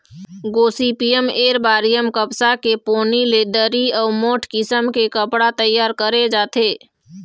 Gossypium arboreum कपसा के पोनी ले दरी अउ मोठ किसम के कपड़ा तइयार करे जाथे